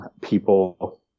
people